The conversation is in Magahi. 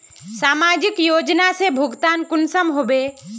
समाजिक योजना से भुगतान कुंसम होबे?